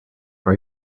are